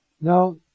Now